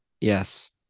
Yes